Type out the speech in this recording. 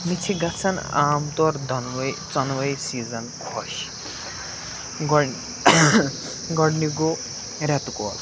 مےٚ چھِ گژھان عام طور دۄنوَے ژۄنوَے سیٖزَن خۄش گۄڈٕ گۄڈٕنیُک گوٚو رٮ۪تہٕ کول